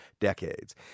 decades